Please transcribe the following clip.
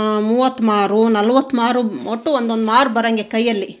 ಮೂವತ್ತು ಮಾರು ನಲ್ವತ್ತು ಮಾರು ಒಟ್ಟು ಒಂದೊಂದು ಮಾರು ಬರೋಂಗೆ ಕೈಯಲ್ಲಿ